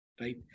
Right